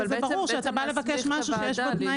וזה ברור שכשאתה בא לבקש משהו שיש בו תנאים